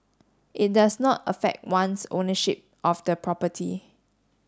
it does not affect one's ownership of the property